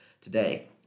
today